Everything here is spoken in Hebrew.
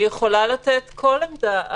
היא יכולה לתת כל עמדה.